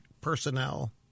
personnel